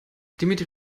dimitri